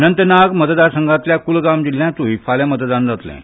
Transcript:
अनंतनाग मतदारसंघांतल्या कुलगाम जिल्ल्यांतूय फाल्यां मतदान जातलें